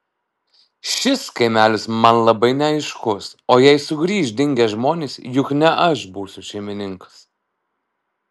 šis kaimelis man labai neaiškus o jei sugrįš dingę žmonės juk ne aš būsiu šeimininkas